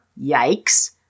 yikes